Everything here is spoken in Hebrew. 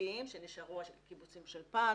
שיתופיים שנשארו קיבוצים של פעם,